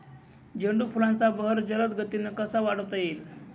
झेंडू फुलांचा बहर जलद गतीने कसा वाढवता येईल?